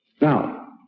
Now